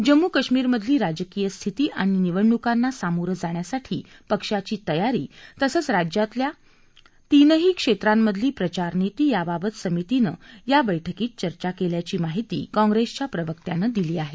जम्मू काश्मीरमधली राजकीय स्थिती आणि निवडणूकांना सामोरं जाण्यासाठी पक्षाची तयारी तसंच राज्यातल्या तिनही क्षेत्रांमधली प्रचारनिती याबाबत समितीनं या बैठकीत चर्चा केल्याची माहिती काँग्रेसच्या प्रवक्त्यानं दिली आहे